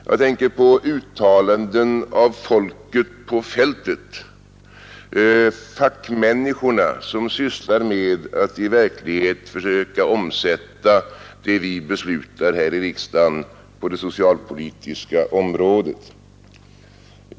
Jag tänker på uttalanden av folket på fältet, fackmänniskorna som sysslar med att i verkligheten försöka omsätta det vi beslutar här i riksdagen på det socialpolitiska området.